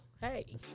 hey